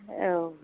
औ